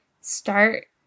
start